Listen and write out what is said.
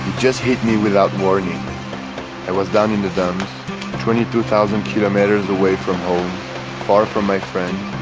just hit me without warning i was down in the dumps twenty-two thousand kilometres away from home far from my friends,